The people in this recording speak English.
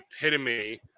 epitome